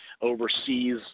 overseas